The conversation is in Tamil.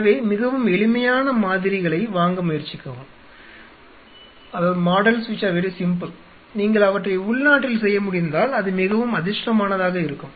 எனவே மிகவும் எளிமையான மாதிரிகளை வாங்க முயற்சிக்கவும் நீங்கள் அவற்றை உள்நாட்டில் செய்ய முடிந்தால் அது மிகவும் அதிர்ஷ்டமானதாக இருக்கும்